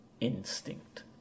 instinct